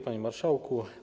Panie Marszałku!